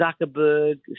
Zuckerberg